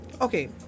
Okay